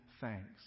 thanks